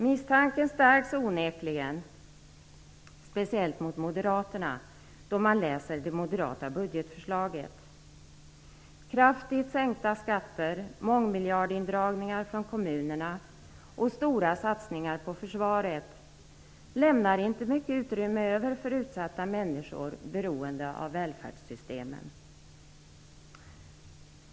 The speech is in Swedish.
Misstanken stärks onekligen, speciellt mot moderaterna, då man läser det moderata budgetförslaget. Kraftigt sänkta skatter, mångmiljardindragningar från kommunerna och stora satsningar på försvaret lämnar inte mycket utrymme över för utsatta människor som är beroende av välfärdssystemen.